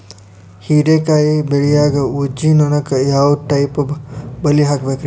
ಹೇರಿಕಾಯಿ ಬೆಳಿಯಾಗ ಊಜಿ ನೋಣಕ್ಕ ಯಾವ ಟೈಪ್ ಬಲಿ ಹಾಕಬೇಕ್ರಿ?